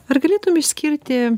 ar galėtum išskirti